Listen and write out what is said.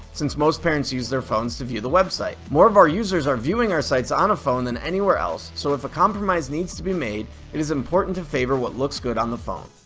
since most parents are using their phones to view the website. more of our users are viewing our sites on a phone than anywhere else so if a compromise needs to be made it is important to favor what looks good on the phone.